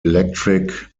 electric